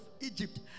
Egypt